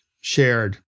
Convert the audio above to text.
shared